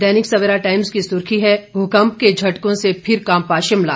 दैनिक Savera Times की सुर्खी है भूकंप के झटकों से फिर कांपा शिमला